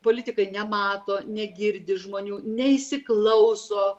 politikai nemato negirdi žmonių neįsiklauso